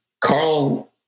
Carl